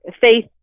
faith